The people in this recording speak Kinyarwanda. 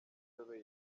imitobe